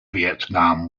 vietnam